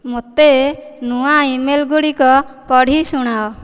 ମୋତେ ନୂଆ ଇମେଲ୍ଗୁଡ଼ିକ ପଢ଼ି ଶୁଣାଅ